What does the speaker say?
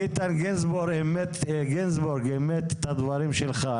איתן גינזבורג אימת את הדברים שלך.